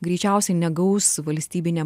greičiausiai negaus valstybiniam